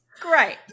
Great